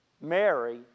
Mary